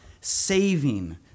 saving